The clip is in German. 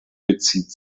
bezieht